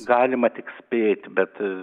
galima tik spėt bet